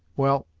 well,